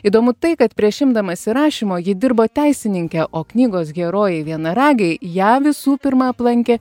įdomu tai kad prieš imdamasi rašymo ji dirbo teisininke o knygos herojai vienaragiai ją visų pirma aplankė